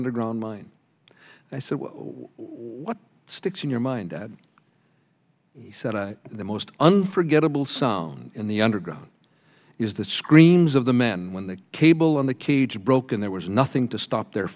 underground mine i said what sticks in your mind dad he said the most unforgettable sound in the underground is the screams of the men when the cable in the cage broke and there was nothing to stop their